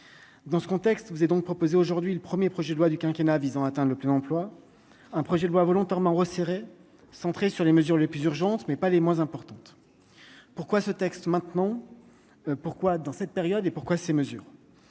dans ce contexte, vous est donc proposé aujourd'hui le 1er projet de loi du quinquennat visant atteint le plein emploi, un projet de loi volontairement resserré centré sur les mesures les plus urgentes, mais pas les moins importantes, pourquoi ce texte maintenant pourquoi, dans cette période et pourquoi ces mesures,